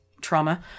trauma